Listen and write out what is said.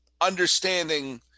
understanding